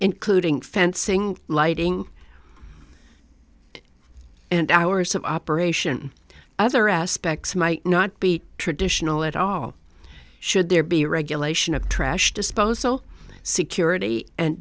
including fencing lighting and hours of operation other aspects might not be traditional at all should there be regulation of trash disposal security and